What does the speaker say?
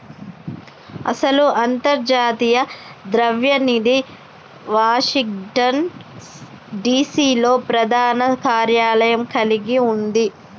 అసలు అంతర్జాతీయ ద్రవ్య నిధి వాషింగ్టన్ డిసి లో ప్రధాన కార్యాలయం కలిగి ఉంది